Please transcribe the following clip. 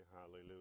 hallelujah